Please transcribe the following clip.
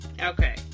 Okay